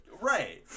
Right